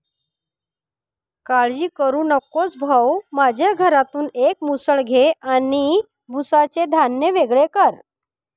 काळजी करू नकोस भाऊ, माझ्या घरातून एक मुसळ घे आणि भुसाचे धान्य वेगळे कर